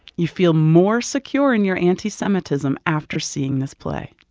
you feel more secure in your anti-semitism after seeing this play,